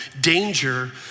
danger